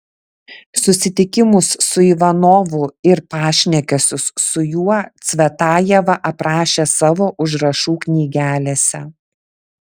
susitikimus su ivanovu ir pašnekesius su juo cvetajeva aprašė savo užrašų knygelėse